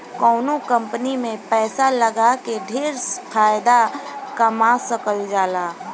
कवनो कंपनी में पैसा लगा के ढेर फायदा कमा सकल जाला